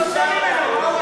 אנחנו רוצים לשמוע.